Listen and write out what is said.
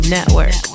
Network